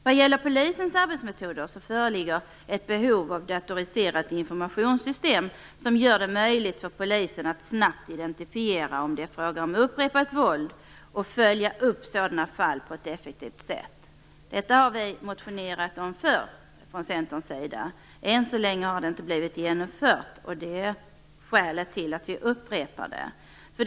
Vad gäller polisens arbetsmetoder föreligger ett behov av datoriserat informationssystem som gör det möjligt för polisen att snabbt identifiera om det är fråga om upprepat våld och följa upp sådana fall på ett effektivt sätt. Detta har vi motionerat om förr från Centerns sida. Än så länge har det inte blivit genomfört. Det är skälet till att vi upprepar kravet.